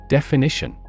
Definition